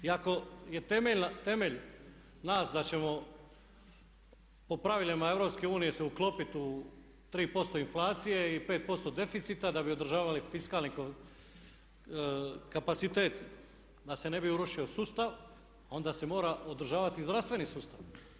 I ako je temelj nas da ćemo po pravilima Europske unije se uklopiti u 3% inflacije i 5% deficita da bi održavali fiskalni kapacitet, da se ne bi urušio sustav onda se mora održavati i zdravstveni sustav.